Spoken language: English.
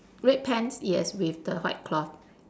red pants yes with the white cloth